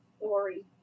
story